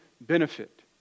benefit